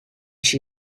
she